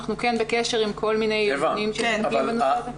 אנחנו כן בקשר עם כל מיני --- בנושא הזה.